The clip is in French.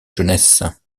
jeunesse